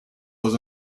was